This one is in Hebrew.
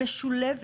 משולבת